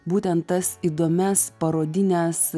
būtent tas įdomias parodines